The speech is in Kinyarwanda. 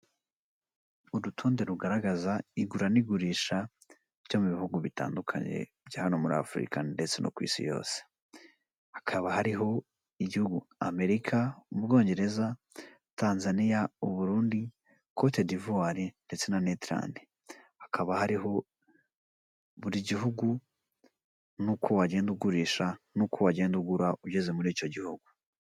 Urutonde rugaragaza igura n'igurisha byo mu bihugu bitandukanye bya hano muri afurika ndetse no ku isi yose hakaba hariho igihugu amerika, mu bwongereza, tanzania, u burundi, cote d'ivoire ndetse na netland hakaba hariho buri gihugu n'uko wagenda ugurisha n'uko wagenda ugura ugeze muri icyo gihugu.